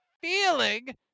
feeling